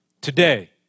Today